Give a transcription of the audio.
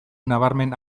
nabarmen